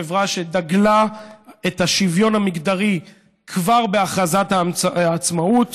החברה שדגלה בשוויון המגדרי כבר בהכרזת העצמאות,